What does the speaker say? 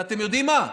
ואתם יודעים מה?